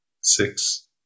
six